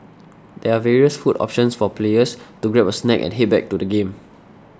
there are various food options for players to grab a snack and head back to the game